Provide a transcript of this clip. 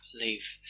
leave